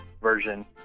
version